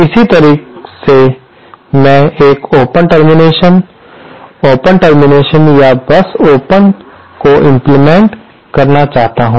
इसी तरह से मैं एक ओपन टर्मिनेशन ओपन टर्मिनेशन या बस ओपन को इम्प्लीमेंटेशन करना चाहता हूं